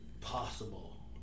Possible